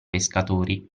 pescatori